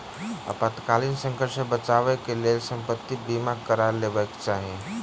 आपातकालीन संकट सॅ बचावक लेल संपत्ति बीमा करा लेबाक चाही